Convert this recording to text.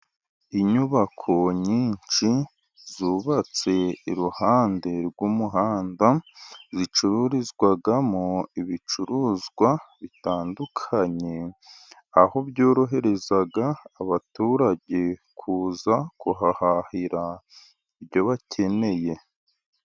Inyubako nyinshi zubatse iruhande rw'umuhanda, zicururizwamo ibicuruzwa bitandukanye. Aho byorohereza abaturage, kuza kuhahahira ibyo bakeneye.